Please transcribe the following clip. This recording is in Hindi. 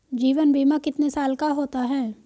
जीवन बीमा कितने साल का होता है?